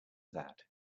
that